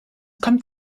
kommt